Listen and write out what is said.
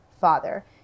father